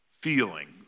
feeling